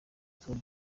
turu